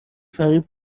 فریب